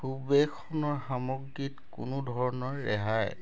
সুবেশনৰ সামগ্ৰীত কোনো ধৰণৰ ৰেহাই